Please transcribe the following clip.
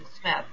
Smith